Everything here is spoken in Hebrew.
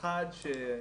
אחד,